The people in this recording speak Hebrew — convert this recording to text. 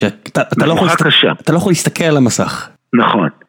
אתה לא יכול להסתכל על המסך. נכון.